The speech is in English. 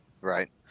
right